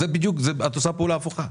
את עושה פעולה הפוכה.